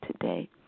today